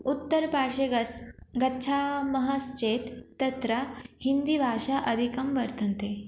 उत्तरपार्श्वे गच्छामः चेत् तत्र हिन्दिभाषा अधिका वर्तन्ते